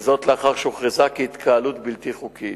וזאת לאחר שהוכרזה כהתקהלות בלתי חוקית.